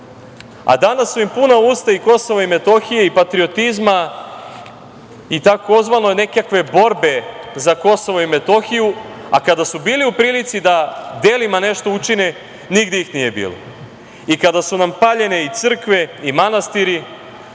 a danas su im puna usta i Kosova i Metohije i patriotizma i tzv. nekakve borbe za Kosovo i Metohiju, a kada su bili u prilici da delima nešto učine nigde ih nije bilo i kada su nam paljene i crkve i manastiri,